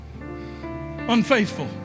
Unfaithful